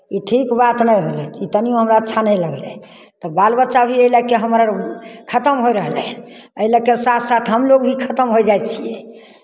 ई ठीक बात नहि भेलै ई तनियो हमरा अच्छा नहि लगलै तऽ बाल बच्चा भी एहि लए कऽ हमर खतम होय रहलै हन एहि लऽ कऽ साथ साथ हम लोग भी खतम होय जाइत छियै